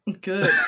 Good